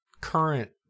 current